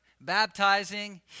baptizing